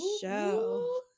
Show